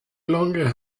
longer